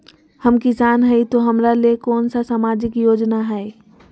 हम किसान हई तो हमरा ले कोन सा सामाजिक योजना है?